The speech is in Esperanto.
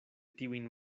tiujn